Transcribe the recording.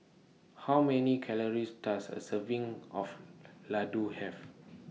How Many Calories Does A Serving of Ladoo Have